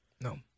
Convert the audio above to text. No